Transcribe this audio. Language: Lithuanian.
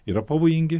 yra pavojingi